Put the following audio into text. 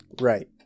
Right